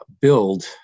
build